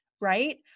right